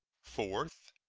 fourth.